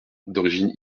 d’origine